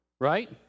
right